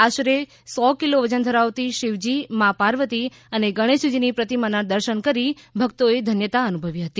આશરે સો કિલો વજન ધરાવતી શિવજી માં પાર્વતી અને ગણેશજીની પ્રતિમાનાં દર્શન કરી ભક્તોએ ધન્યતાં અનુભવી હતી